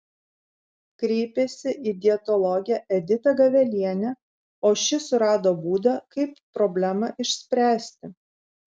kreipėsi į dietologę editą gavelienę o ši surado būdą kaip problemą išspręsti